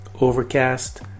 Overcast